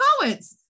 poets